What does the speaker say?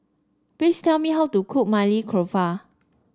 please tell me how to cook Maili Kofta